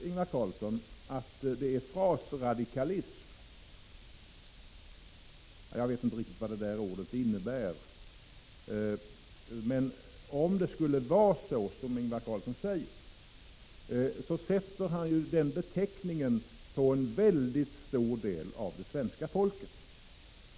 Ingvar Carlsson talar om frasradikalism, och jag vet inte riktigt vad ordet innebär. När Ingvar Carlsson använder detta ord sätter han en beteckning på en mycket stor del av svenska folket.